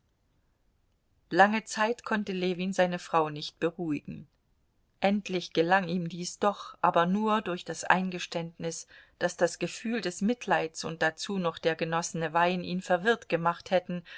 lange zeit konnte ljewin seine frau nicht beruhigen endlich gelang ihm dies doch aber nur durch das eingeständnis daß das gefühl des mitleids und dazu noch der genossene wein ihn verwirrt gemacht hätten